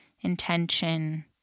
intention